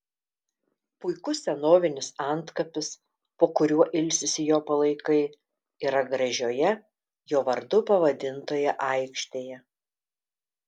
puikus senovinis antkapis po kuriuo ilsisi jo palaikai yra gražioje jo vardu pavadintoje aikštėje